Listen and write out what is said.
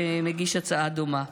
שמגיש הצעה דומה,